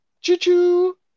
Choo-choo